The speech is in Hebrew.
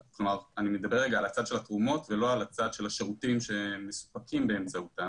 אני מדבר על הצד של התרומות ולא על הצד של השירותים שמסופקים באמצעותן.